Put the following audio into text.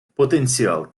потенціал